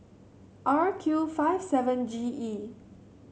R Q five seven G E